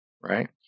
right